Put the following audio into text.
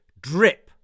drip